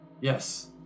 Yes